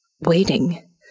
waiting